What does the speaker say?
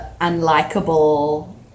unlikable